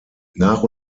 nach